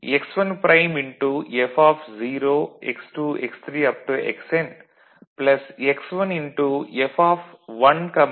F0 x2 x3 xN x1